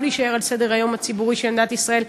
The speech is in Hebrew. להישאר על סדר-היום הציבורי של מדינת ישראל,